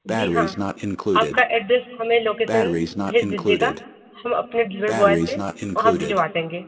जी हाँ आपका एड्रेस हमें लोकेशन भेज दीजिएगा हम अपने डिलीवरी बॉय से वहाँ भिजवा देंगे